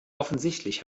offensichtlich